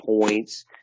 points